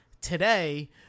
Today